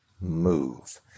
move